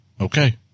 Okay